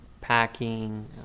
Packing